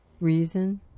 Reason